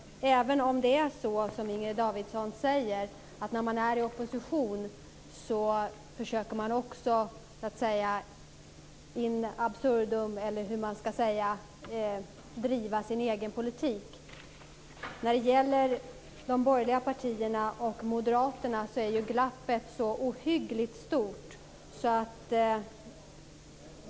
Även om man, som Inger Davidson säger, i opposition försöker driva sin egen politik in absurdum är glappet när det gäller de borgerliga partierna och Moderaterna så ohyggligt stort.